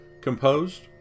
composed